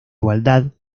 igualdad